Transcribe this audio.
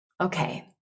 Okay